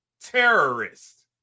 Terrorist